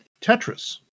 Tetris